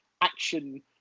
action